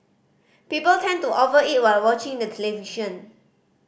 people tend to over eat while watching the television